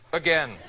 again